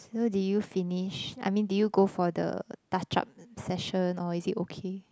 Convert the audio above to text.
so did you finish I mean did you go for the touch up session or is it okay